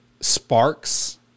sparks